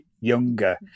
younger